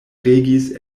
regis